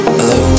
Hello